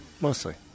Mostly